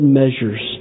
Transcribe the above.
measures